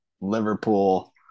Liverpool